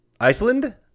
Iceland